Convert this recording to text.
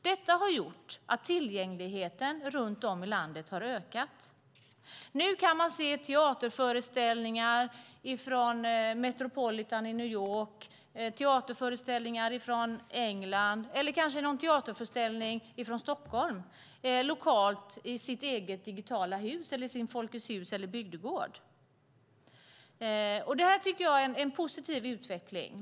Detta har gjort att tillgängligheten runt om i landet har ökat. Nu kan man se teaterföreställningar från Metropolitan i New York, teaterföreställningar från England eller kanske någon teaterföreställning från Stockholm lokalt i sitt eget digitala hus, sitt Folkets Hus eller sin bygdegård. Det här tycker jag är en positiv utveckling.